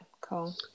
cool